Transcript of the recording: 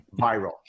viral